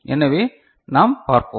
எனவே நாம் பார்ப்போம்